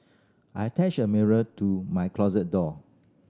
I attached a mirror to my closet door